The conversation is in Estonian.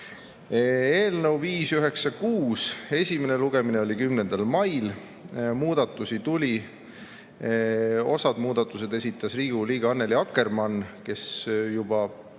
Eelnõu 596 esimene lugemine oli 10. mail. Muudatusi tuli. Osa muudatusi esitas Riigikogu liige Annely Akkermann, kes juba